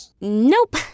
Nope